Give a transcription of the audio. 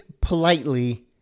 politely